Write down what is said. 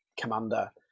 commander